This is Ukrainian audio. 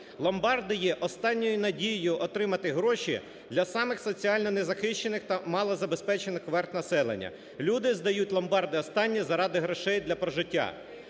Ломбарди є останньою надією отримати гроші для самих соціально незахищених та малозабезпечених верств населення. Люди здають в ломбарди останнє заради грошей для прожиття.